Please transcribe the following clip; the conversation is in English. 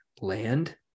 land